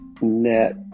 net